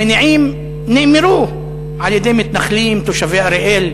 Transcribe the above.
המניעים נאמרו על-ידי מתנחלים תושבי אריאל,